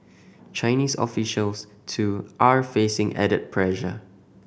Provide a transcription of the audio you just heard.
Chinese officials too are facing added pressure